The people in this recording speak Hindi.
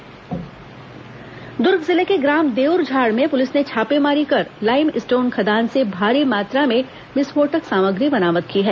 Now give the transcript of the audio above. विस्फोटक बरामद दुर्ग जिले के ग्राम देउरझाड़ में पुलिस ने छापेमारी कर लाइम स्टोन खदान से भारी मात्रा में विस्फोटक सामग्री बरामद की है